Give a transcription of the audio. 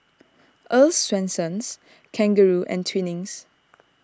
Earl's Swensens Kangaroo and Twinings